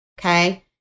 Okay